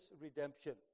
redemption